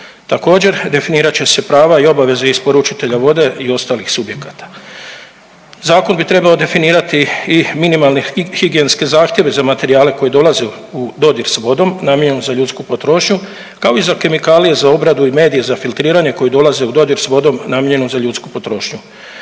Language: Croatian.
također definirat će se prava i obaveze isporučitelja vode i ostalih subjekata. Zakon bi trebao definirati i minimalne higijenske zahtjeve za materijale koji dolaze u dodir sa vodom namijenjenom za ljudsku potrošnju kao i za kemikalije za obradu i medije za filtriranje koji dolaze u dodir s vodom namijenjenom za ljudsku potrošnju.